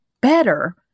better